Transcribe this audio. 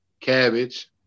cabbage